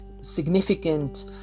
significant